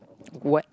what